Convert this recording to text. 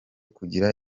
kugira